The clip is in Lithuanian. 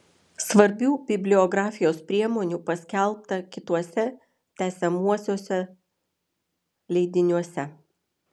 svarbių bibliografijos priemonių paskelbta kituose tęsiamuosiuose leidiniuose